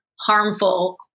harmful